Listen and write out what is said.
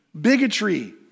Bigotry